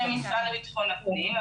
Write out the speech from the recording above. אני מהמשרד לביטחון פנים,